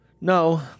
No